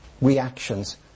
reactions